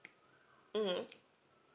mm